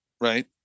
right